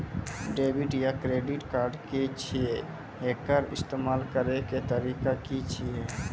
Debit या credit card की छियै? एकर इस्तेमाल करैक तरीका की छियै?